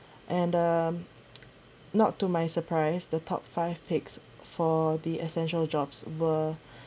and the not to my surprise the top five picks for the essential jobs were